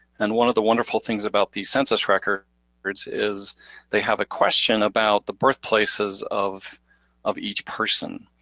and one of the wonderful things about these census records records is they have a question about the birthplaces of of each person,